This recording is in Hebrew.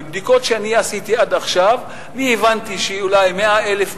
מבדיקות שאני עשיתי עד עכשיו אני הבנתי שאולי 100,000,